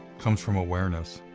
comes from awareness.